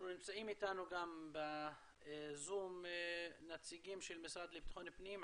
נמצאים איתנו בזום נציגים של המשרד לבטחון פנים.